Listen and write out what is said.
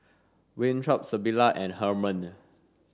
Winthrop Sybilla and Hermon